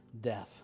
death